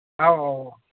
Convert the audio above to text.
ꯑꯧ